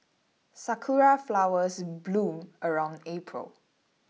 sakura flowers bloom around April